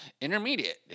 Intermediate